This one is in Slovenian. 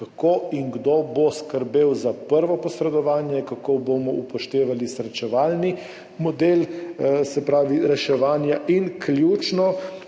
kako in kdo bo skrbel za prvo posredovanje, kako bomo upoštevali srečevalni model reševanja. Ključno